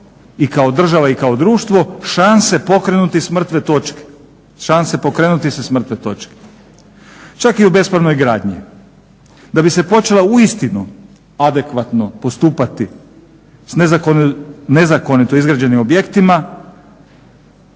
i kao država i kao društvo šanse pokrenuti se s mrtve točke, čak i u bespravnoj gradnji. Da bi se počela uistinu adekvatno postupati s nezakonito izgrađenim objektima